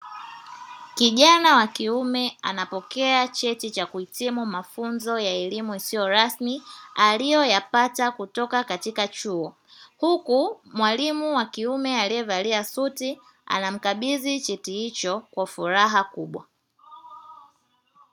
Kijana wa kiume anapokea cheti cha kuhitimu mafunzo ya elimu isiyo rasmi aliyoyapata kutoka katika chuo, huku mwalimu wa kiume aliyevalia suti anamkabidhi cheti hicho kwa furaha kubwa.